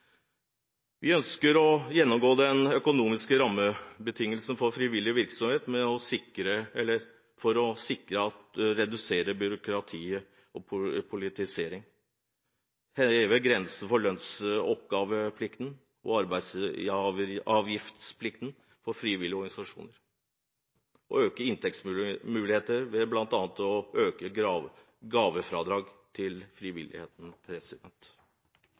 Vi ønsker å gjennomgå de økonomiske rammebetingelsene for frivillig virksomhet for å sikre at en reduserer byråkrati og politisering, heve grensen for lønnsoppgaveplikt og arbeidsgiveravgiftsplikt for frivillige organisasjoner og øke inntektsmulighetene ved bl.a. å øke gavefradraget til frivilligheten.